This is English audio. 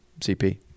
CP